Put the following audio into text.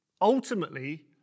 Ultimately